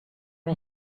are